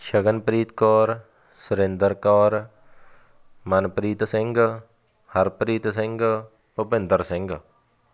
Shaganpreet Kaur Surinder Kaur Manpreet Singh Harpreet Singh Bhupinder Singh